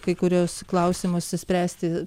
kai kuriuos klausimus išspręsti